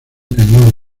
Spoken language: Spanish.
cañón